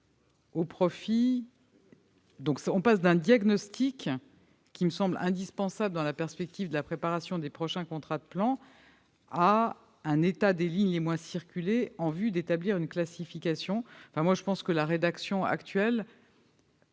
l'objectif. On passe d'un diagnostic, qui me semble indispensable dans la perspective de la préparation des prochains contrats de plan, à un état des lignes les moins circulées en vue d'établir une classification. La rédaction actuelle